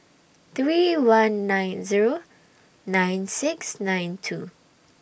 three one nine Zero nine six nine two